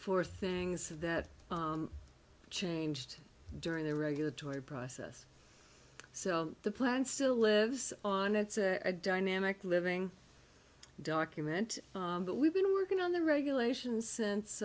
for things that changed during the regulatory process so the plan still lives on it's a dynamic living document that we've been working on the regulations since